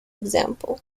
example